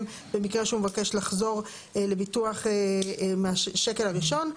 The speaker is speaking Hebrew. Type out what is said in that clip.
במקרה שהוא מבקש לחזור לביטוח מהשקל הראשון,